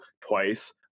twice